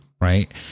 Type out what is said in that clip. right